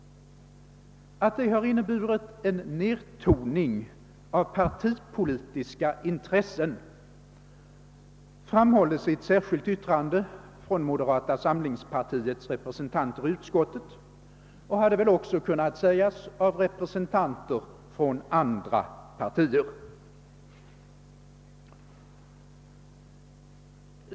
Att detta inneburit en nedtoning av partipolitiska intressen framhålles i ett särskilt yttrande från moderata samlingspartiets representanter i utskottet, och det hade väl också kunnat sägas av representanter för andra partier.